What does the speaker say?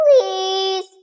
please